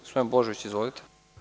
Gospodin Božović, izvolite.